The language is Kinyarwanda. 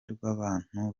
rw’abantu